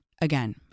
Again